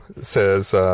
says